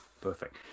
perfect